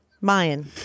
Mayan